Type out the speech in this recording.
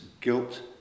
guilt